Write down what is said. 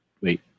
Wait